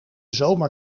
zomer